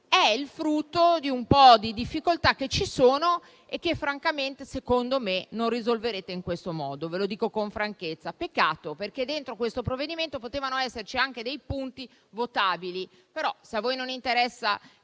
è il frutto di un po' di difficoltà che ci sono e che francamente, secondo me, non risolverete in questo modo. Ve lo dico con franchezza. Peccato, perché dentro questo provvedimento potevano esserci anche dei punti votabili; però, se a voi non interessa